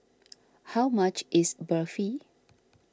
how much is Barfi